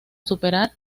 superar